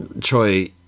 Choi